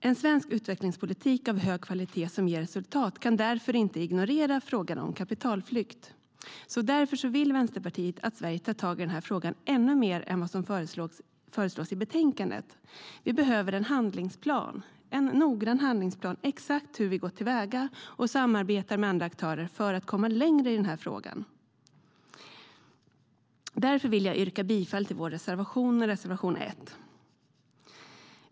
En svensk utvecklingspolitik av hög kvalitet som ger resultat kan därför inte ignorera frågan om kapitalflykt. Vänsterpartiet vill därför att Sverige tar tag i den här frågan ännu mer än vad som föreslås i betänkandet. Vi behöver en noggrann handlingsplan för hur exakt vi ska gå till väga och samarbeta med andra aktörer för att komma längre i den här frågan. Därför vill jag yrka bifall till vår reservation 1.